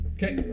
Okay